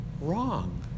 wrong